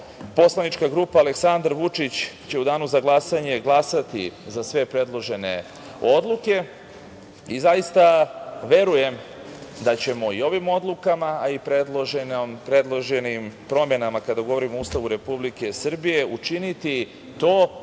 Poslanička grupa Aleksandar Vučić će u danu za glasanje glasati za sve predložene odluke. Zaista verujem da ćemo i ovim odlukama, a i predloženim promenama kada govorimo o Ustavu Republike Srbije, učiniti to da